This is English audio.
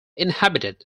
inhabited